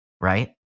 right